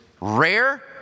rare